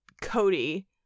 Cody